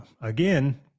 again